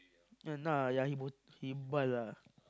ya nah ya he bo~ he bald lah